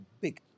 big